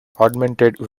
augmented